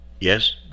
Yes